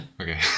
okay